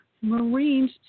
Marines